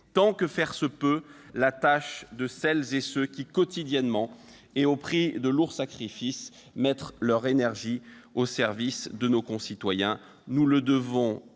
tant que faire se peut, la tâche de celles et ceux qui, quotidiennement et au prix de lourds sacrifices, mettent leur énergie au service de nos concitoyens. Nous le devons